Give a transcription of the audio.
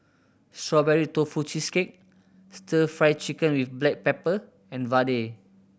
Strawberry Tofu Cheesecake Stir Fry Chicken with black pepper and vadai